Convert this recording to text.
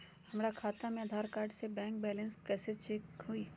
हमरा खाता में आधार कार्ड से बैंक बैलेंस चेक कैसे हुई?